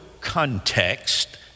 context